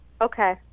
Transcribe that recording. Okay